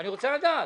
אני רוצה לדעת.